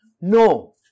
No